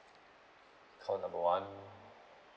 call number one